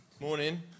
Morning